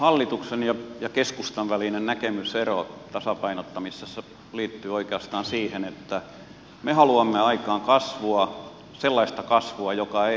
hallituksen ja keskustan välinen näkemysero tasapainottamisessa liittyy oikeastaan siihen että me haluamme aikaan kasvua sellaista kasvua joka ei rasita vaihtotasetta